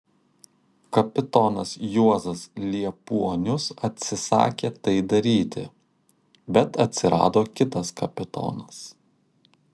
kapitonas juozas liepuonius atsisakė tai daryti bet atsirado kitas kapitonas